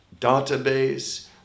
database